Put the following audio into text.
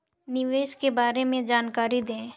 निवेश के बारे में जानकारी दें?